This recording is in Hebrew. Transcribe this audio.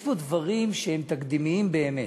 יש פה דברים שהם תקדימיים באמת,